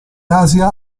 asia